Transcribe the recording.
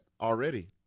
already